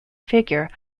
figure